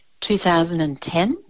2010